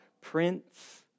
Prince